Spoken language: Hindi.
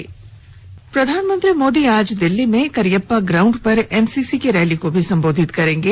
इधर प्रधानमंत्री नरेन्द्र मोदी आज दिल्ली में करियप्पा ग्राउण्ड पर एनसीसी की रैली को भी संबोधित करेंगे